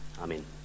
Amen